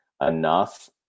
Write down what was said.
enough